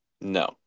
No